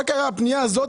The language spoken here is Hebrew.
מה קרה עם הפנייה הזאת,